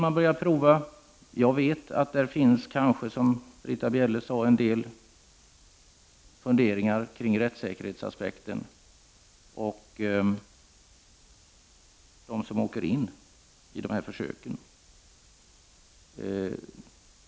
Man har då, som Britta Bjelle påpekade, en del funderingar kring rättssäkerhetsaspekten.